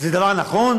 זה דבר נכון?